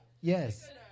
Yes